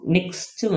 Next